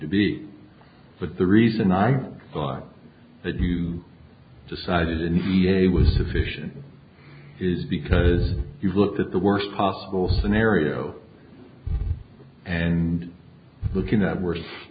to be but the reason i thought that you decided in cia was sufficient is because you look at the worst possible scenario and looking at wors